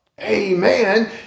Amen